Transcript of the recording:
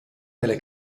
delle